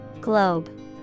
Globe